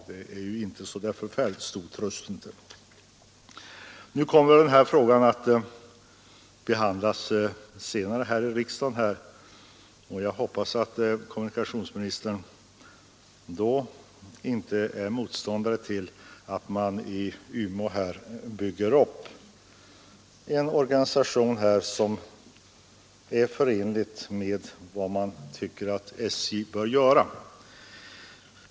Det ger ju inte så förfärligt stor tröst. Men frågan kommer ju att behandlas här i riksdagen senare i år, och jag hoppas att kommunikationsministern då inte skall vara motståndare till att man i Umeå bygger upp en organisation som är förenlig med de uppgifter som man anser att SJ bör ha.